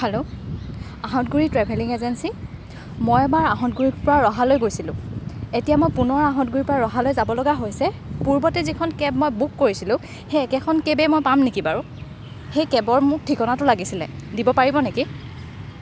hello Ahatguri travelling agency মই এবাৰ আঁহতগুৰিৰ পৰা ৰহালৈ গৈছিলোঁ এতিয়া মই পুনৰ আঁহতগুৰিৰ পৰা ৰহালৈ যাব লগা হৈছে পূৰ্বতে যিখন কেব মই বুক কৰিছিলোঁ সেই একেখন কেবেই মই পাম নেকি বাৰু সেই কেবৰ মোক ঠিকনাটো লাগিছিলে দিব পাৰিব নেকি